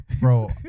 bro